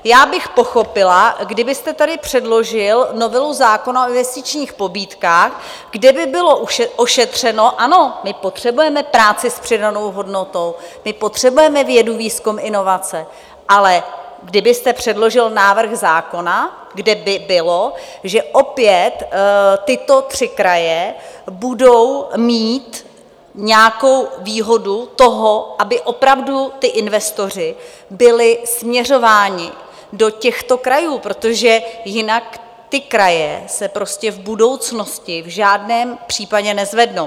Já bych pochopila, kdybyste tady předložil novelu zákona o investičních pobídkách, kde by bylo ošetřeno: Ano, my potřebujeme práci s přidanou hodnotou, my potřebujeme vědu, výzkum, inovace, ale kdybyste předložil návrh zákona, kde by bylo, že opět tyto tři kraje budou mít nějakou výhodu toho, aby opravdu ti investoři byli směřováni do těchto krajů, protože jinak se ty kraje prostě v budoucnosti v žádném případě nezvednou.